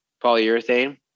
polyurethane